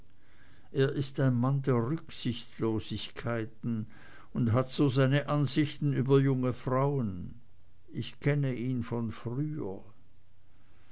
er ist ein mann der rücksichtslosigkeiten und hat so seine ansichten über junge frauen ich kenne ihn von früher